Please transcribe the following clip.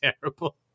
terrible